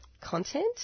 content